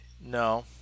no